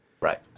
right